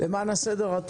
(תיקון מס' 7), התשפ"א-2002.